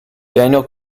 daniel